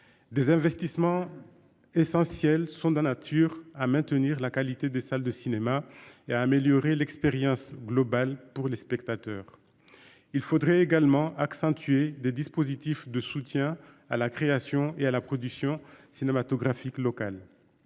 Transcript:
Des investissements. Essentiels sont de nature à maintenir la qualité des salles de cinéma, et à améliorer l'expérience globale pour les spectateurs. Il faudrait également accentué des dispositifs de soutien à la création et à la production cinématographique locale.